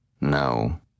No